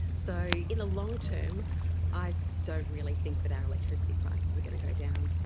so in the long-term i don't really think that our electricity prices are going to go down.